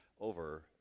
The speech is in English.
over